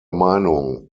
meinung